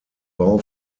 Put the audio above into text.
bau